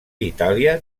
itàlia